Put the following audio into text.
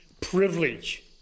privilege